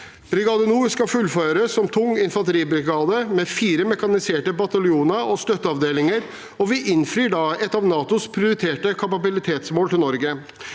Brigade Nord skal fullføres som tung infanteribrigade, med fire mekaniserte bataljoner og støtteavdelinger, og vi innfrir da et av NATOs prioriterte kapabilitetsmål for Norge.